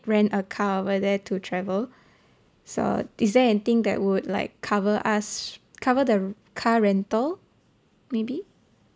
rent a car over there to travel so is there anything that would like cover us cover the car rental maybe